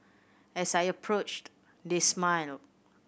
as I approached they smiled